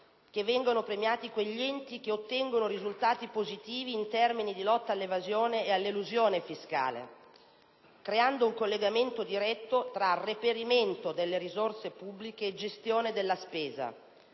che vengano premiati quegli enti che ottengono risultati positivi in termini di lotta all'evasione e all'elusione fiscale, creando un collegamento diretto tra reperimento delle risorse pubbliche e gestione della spesa.